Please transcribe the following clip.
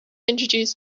introduce